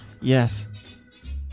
yes